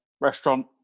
restaurant